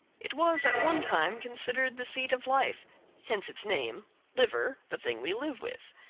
it was at one time considered the seat of life hence its name liver, the thing we live with.